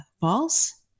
false